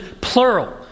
plural